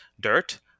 dirt